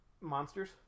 monsters